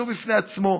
שהוא בפני עצמו.